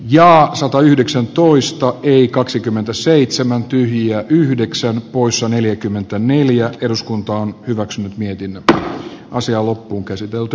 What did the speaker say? ja satayhdeksäntoista yli kaksikymmentäseitsemän tyyni ja yhdeksää usa neljäkymmentäneljä eduskunta on hyväksynyt mietin että asia on lausumaehdotuksesta